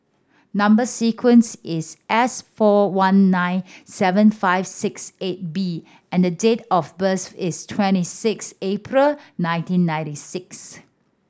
number sequence is S four one nine seven five six eight B and the date of birth is twenty six April nineteen ninety six